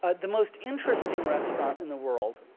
ah the most interesting restaurant in the world,